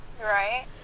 Right